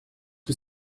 que